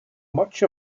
much